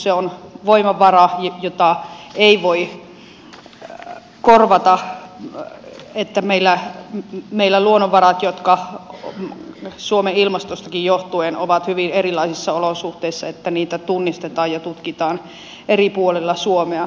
se on voimavara jota ei voi korvata että meillä luonnonvaroja jotka suomen ilmastostakin johtuen ovat hyvin erilaisissa olosuhteissa tunnistetaan ja tutkitaan eri puolilla suomea